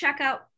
checkout